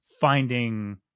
finding